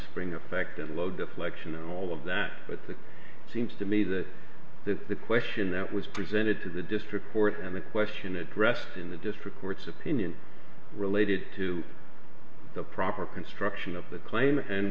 spring effect and low deflection all of that but that seems to me that the question that was presented to the district court and the question addressed in the district court's opinion related to the proper construction of the claim and